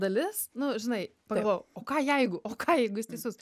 dalis nu žinai pagalvojau o ką jeigu o ką jeigu jis teisus